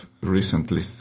recently